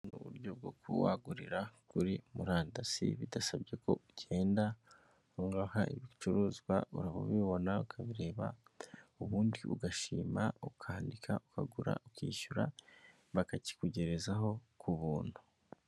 Ubu ni uburyo bwo kuba wagurira kuri murandasi bidasabye ko ugenda, aha ngaha ibicuruzwa uraba ubibona ukabireba, ubundi ugashima, ukandika, ukagura, ukishyura, bakakikugerezaho ku buntu.